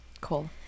Cool